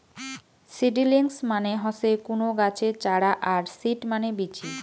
seedlings মানে হসে কুনো গাছের চারা আর সিড মানে বীচি